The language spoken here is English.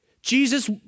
Jesus